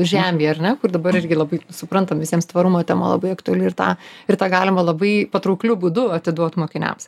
žemei ar ne kur dabar irgi labai suprantam visiems tvarumo tema labai aktuali ir tą ir tą galima labai patraukliu būdu atiduot mokiniams